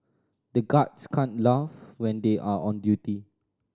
the guards can't laugh when they are on duty